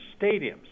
stadiums